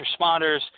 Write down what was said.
responders